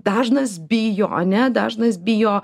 dažnas bijo ane dažnas bijo